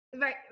right